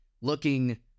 looking